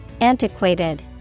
Antiquated